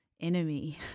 enemy